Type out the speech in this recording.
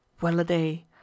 Well-a-day